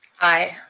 aye.